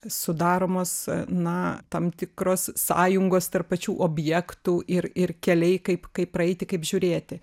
sudaromos na tam tikros sąjungos tarp pačių objektų ir ir keliai kaip kaip praeiti kaip žiūrėti